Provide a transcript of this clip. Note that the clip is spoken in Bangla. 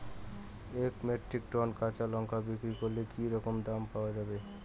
এক মেট্রিক টন কাঁচা লঙ্কা বিক্রি করলে কি রকম দাম পাওয়া যাবে?